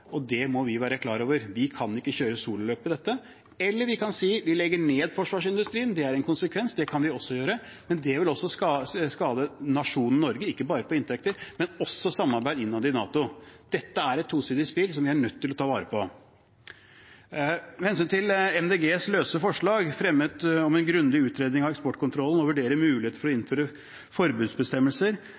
må vi være klar over. Vi kan ikke kjøre et sololøp i dette. Eller så kan vi si at vi legger ned forsvarsindustrien. Det er en konsekvens, det kan vi også gjøre. Men det vil skade nasjonen Norge, ikke bare når det gjelder inntekter, men også når det gjelder samarbeidet innad i NATO. Dette er et tosidig spill som vi er nødt til å ta vare på. Når det gjelder Miljøpartiet De Grønnes forslag, der man ber om en grundig utredning av eksportkontrollen, og at man vurderer muligheten for å innføre forbudsbestemmelser,